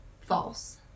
False